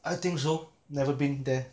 I think so never been there